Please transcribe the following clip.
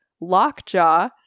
Lockjaw